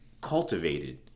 cultivated